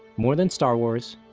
more than star wars,